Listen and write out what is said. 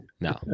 No